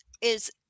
is-